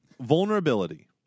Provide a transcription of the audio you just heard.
Vulnerability